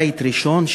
בית ראשון,